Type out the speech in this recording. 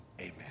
Amen